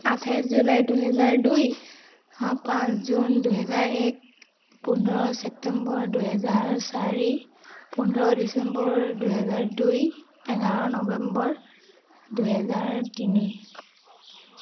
আঠাইছ জুলাই দুহেজাৰ দুই পাঁচ জুন দুহেজাৰ এক পোন্ধৰ ছেপ্টেম্বৰ দুহেজাৰ চাৰি পোন্ধৰ ডিচেম্বৰ দুহেজাৰ দুই এঘাৰ নৱেম্বৰ দুহেজাৰ তিনি